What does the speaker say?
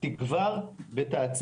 תעצים ותגבר.